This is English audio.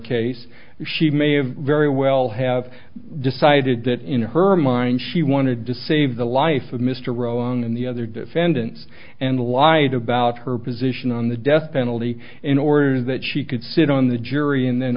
case she may very well have decided that in her mind she wanted to save the life of mr rowan and the other defendants and lied about her position on the death penalty in order that she could sit on the jury and then